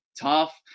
tough